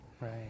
Right